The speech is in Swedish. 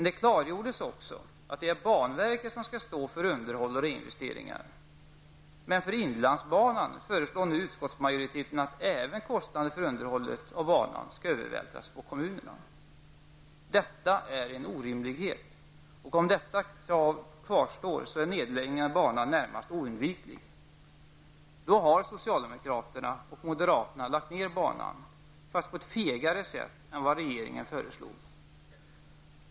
Det klargjordes också att banverket skall stå för underhåll och reinvesteringar. Men för inlandsbanan föreslår nu utskottsmajoriteten att även kostnader för underhållet av banan skall övervältras på kommunerna. Detta är en orimlighet, och om detta krav kvarstår, är nedläggningen av banan närmast oundviklig. Då har socialdemokraterna och moderaterna lagt ner banan, fast på ett fegare sätt än vad regeringen föreslog.